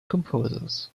composers